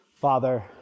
Father